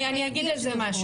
אני אגיד על זה משהו.